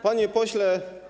Panie Pośle!